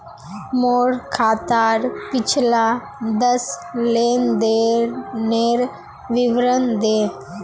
मोर खातार पिछला दस लेनदेनेर विवरण दे